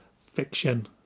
fiction